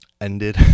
ended